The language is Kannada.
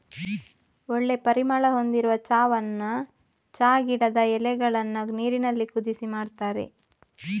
ಒಳ್ಳೆ ಪರಿಮಳ ಹೊಂದಿರುವ ಚಾವನ್ನ ಚಾ ಗಿಡದ ಎಲೆಗಳನ್ನ ನೀರಿನಲ್ಲಿ ಕುದಿಸಿ ಮಾಡ್ತಾರೆ